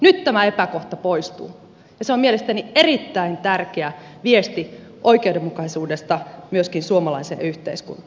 nyt tämä epäkohta poistuu ja se on mielestäni erittäin tärkeä viesti oikeudenmukaisuudesta myöskin suomalaiseen yhteiskuntaan